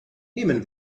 nehmen